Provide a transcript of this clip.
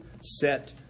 set